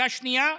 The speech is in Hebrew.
מכה שנייה: